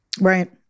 Right